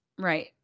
Right